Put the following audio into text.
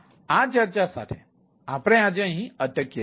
તેથી આ ચર્ચા સાથે આપણે આજે અટકી જઈએ છીએ